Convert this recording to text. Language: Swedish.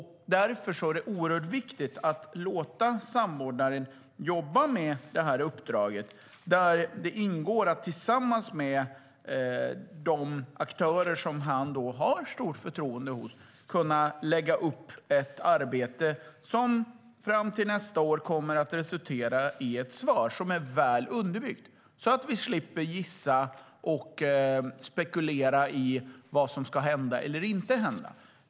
Därför är det oerhört viktigt att låta samordnaren jobba med det här uppdraget. I det ingår att tillsammans med de aktörer som han åtnjuter stort förtroende hos lägga upp ett arbete som nästa år kommer att resultera i ett svar som är väl underbyggt så att vi slipper gissa och spekulera i vad som ska eller inte ska hända.